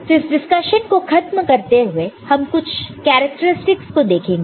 तो इस डिस्कशन को खत्म करते हुए हम कुछ कैरेक्टरस्टिक्स को देखेंगे